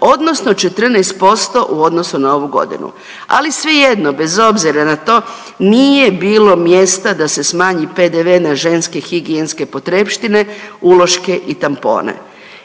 odnosno 14% u odnosu na ovu godinu, ali svejedno bez obzira na to nije bilo mjesta da smanji PDV na ženske higijenske potrepštine, uloške i tampone.